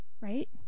Right